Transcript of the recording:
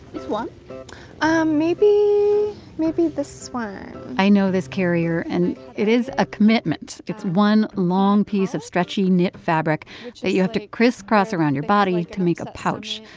this one um maybe maybe this one i know this carrier. and it is a commitment. it's one long piece of stretchy knit fabric that you have to crisscross around your body to make a pouch.